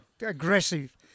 Aggressive